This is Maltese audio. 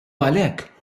għalhekk